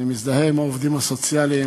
אני מזדהה עם העובדים הסוציאליים,